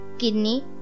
kidney